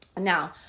Now